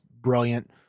brilliant